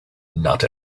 not